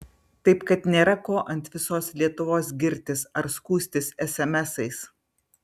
taip kad nėra ko ant visos lietuvos girtis ar skųstis esemesais